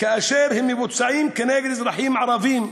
כאשר הם מבוצעים נגד אזרחים ערבים.